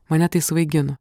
mane tai svaigino